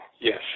Yes